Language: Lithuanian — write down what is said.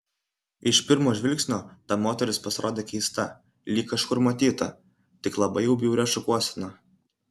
iš pirmo žvilgsnio ta moteris pasirodė keista lyg kažkur matyta tik labai jau bjauria šukuosena